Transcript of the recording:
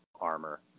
armor